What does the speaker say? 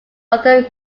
other